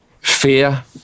Fear